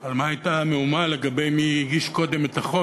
על מה הייתה המהומה לגבי מי הגיש קודם את החוק.